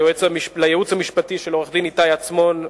לייעוץ המשפטי של עורך-דין איתי עצמון,